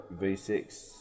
V6